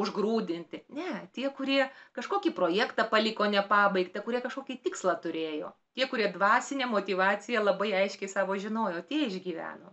užgrūdinti ne tie kurie kažkokį projektą paliko nepabaigtą kurie kažkokį tikslą turėjo tie kurie dvasinę motyvaciją labai aiškiai savo žinojo tie išgyveno